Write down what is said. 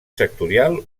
sectorial